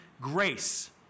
grace